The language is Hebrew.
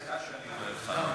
סליחה שאני אומר לך,